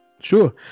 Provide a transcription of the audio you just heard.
Sure